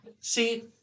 See